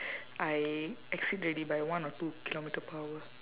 I exceed already by one or two kilometer per hour